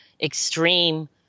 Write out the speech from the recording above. extreme